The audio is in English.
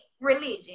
religion